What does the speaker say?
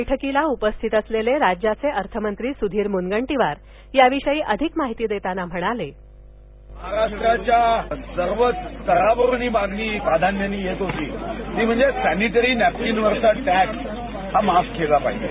बैठकीला उपस्थित असलेले राज्याचे अर्थमंत्री स्धीर म्नगंटीवार याविषयी अधिक माहिती देताना म्हणाले महाराष्ट्रातल्या सर्वच स्तरावरून प्राधन्याने ही मागणी येत होती ती म्हणजे सॅनिटरीन नॅपकीनवरचा टॅक्स हा माफ केला पाहिजे